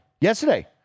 yesterday